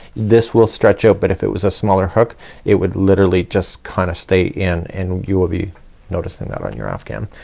this will stretch out but if it was a smaller hook it would literally just kinda kind of stay in and you will be noticing that on your afghan.